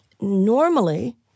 Normally